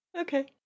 Okay